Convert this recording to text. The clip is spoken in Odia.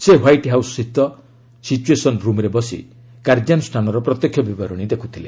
ସେ ହ୍ବାଇଟ୍ ହାଉସ୍ସ୍ଥିତ ସିଚୁଏସନ୍ ରୁମ୍ରେ ବସି କାର୍ଯ୍ୟାନୁଷ୍ଠାନର ପ୍ରତ୍ୟକ୍ଷ ବିବରଣୀ ଦେଖୁଥିଲେ